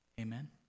Amen